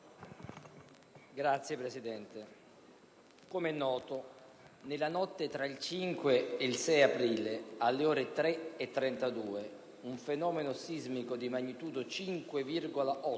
Signor Presidente, come è noto nella notte tra il 5 e il 6 aprile, alle ore 3,32, un fenomeno sismico di magnitudo 5,8